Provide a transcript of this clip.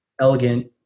elegant